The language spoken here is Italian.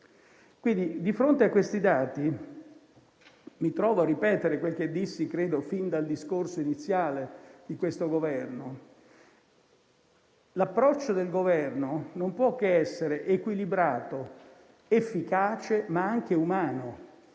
persone. Di fronte a questi dati mi trovo a ripetere quel che dissi credo fin dal discorso iniziale di questo Governo: l'approccio del Governo non può che essere equilibrato ed efficace, ma anche umano.